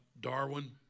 Darwin